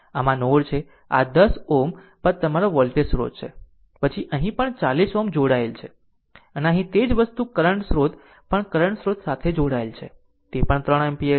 આમ આ નોડ છે આ 10 Ω પર તમારો વોલ્ટેજ સ્રોત છે પછી અહીં પણ 40 Ω જોડાયેલ છે અને અહીં તે જ વસ્તુ કરંટ સ્રોત પણ કરંટ સ્રોત સાથે જોડાયેલ છે તે પણ 3 એમ્પીયર છે